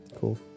cool